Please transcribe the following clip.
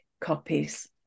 copies